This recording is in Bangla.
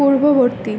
পূর্ববর্তী